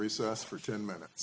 recess for ten minutes